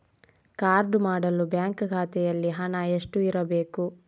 Card ಮಾಡಲು bank ಖಾತೆಯಲ್ಲಿ ಹಣ ಎಷ್ಟು ಇರಬೇಕು?